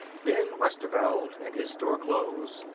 ben westerveld, in his store clothes,